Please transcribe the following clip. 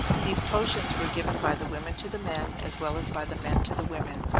these potions were given by the women to the men, as well as by the men to the women,